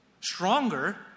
stronger